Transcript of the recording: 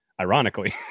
ironically